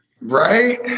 right